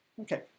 Okay